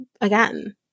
again